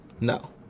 No